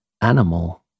animal